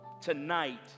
tonight